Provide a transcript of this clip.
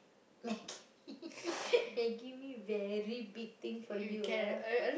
Maggi mee Maggi mee very big thing for you ah